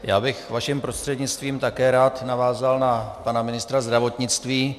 Já bych vašim prostřednictvím také rád navázal na pana ministra zdravotnictví.